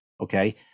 okay